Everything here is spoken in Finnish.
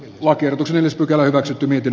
lakiehdotuksen selkävaivaiset ylitin